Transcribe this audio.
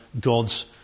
God's